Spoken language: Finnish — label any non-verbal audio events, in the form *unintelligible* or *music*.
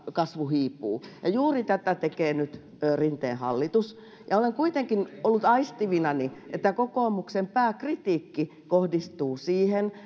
kasvu hiipuu juuri tätä tekee nyt rinteen hallitus ja olen kuitenkin ollut aistivinani että kokoomuksen pääkritiikki kohdistuu siihen *unintelligible*